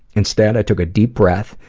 instead i took a deep breath,